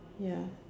ya